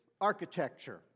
architecture